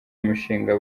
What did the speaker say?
imishinga